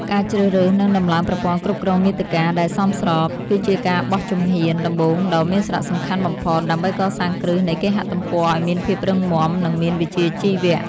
ការជ្រើសរើស និងដំឡើងប្រព័ន្ធគ្រប់គ្រងមាតិកា ដែលសមស្រប គឺជាការបោះជំហានដំបូងដ៏មានសារៈសំខាន់បំផុត ដើម្បីកសាងគ្រឹះនៃគេហទំព័រឱ្យមានភាពរឹងមាំ និងមានវិជ្ជាជីវៈ។